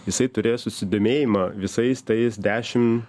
jisai turės susidomėjimą visais tais dešimt